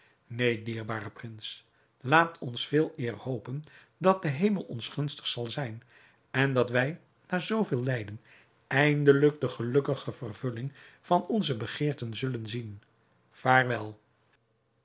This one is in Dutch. laat ons veeleer hopen dat de hemel ons gunstig zal zijn en dat wij na zoo veel lijden eindelijk de gelukkige vervulling van onze begeerten zullen zien vaarwel